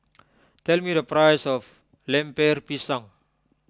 tell me the price of Lemper Pisang